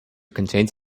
contains